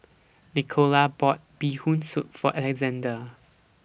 Nicola bought Bee Hoon Soup For Alexande